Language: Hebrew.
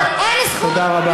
אבל אין זכות, תודה רבה.